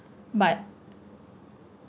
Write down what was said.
but